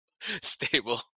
stable